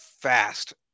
fast